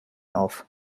auf